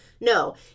No